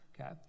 Okay